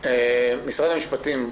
משרד המשפטים,